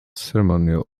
ceremonial